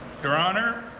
your honour,